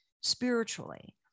spiritually